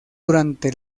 durante